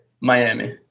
Miami